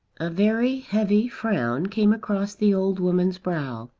a very heavy frown, came across the old woman's brow.